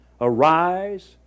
Arise